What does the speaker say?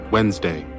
Wednesday